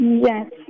yes